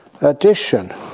addition